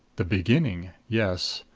the beginning yes.